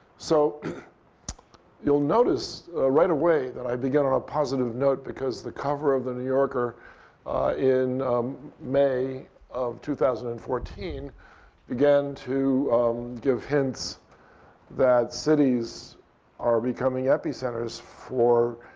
so you'll notice right away that i begin on a positive note because the cover of the new yorker in may of two thousand and fourteen began to give hints that cities are becoming epicenters for